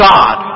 God